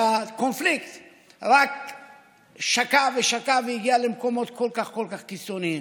והקונפליקט רק שקעו ושקעו והגיעו למקומות כל כך כל כך קיצוניים.